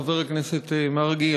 חבר הכנסת מרגי,